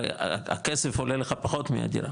הרי הכסף עולה לך פחות מהדירה,